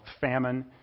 famine